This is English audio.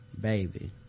baby